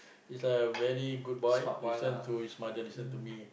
he's a very good boy listen to his mother listen to me